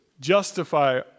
justify